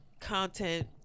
content